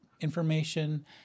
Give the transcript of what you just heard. information